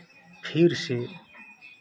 फिर से